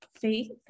Faith